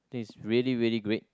think is really really great